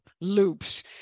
loops